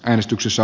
äänestyksessä